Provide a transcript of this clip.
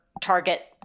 target